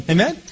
Amen